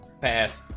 Pass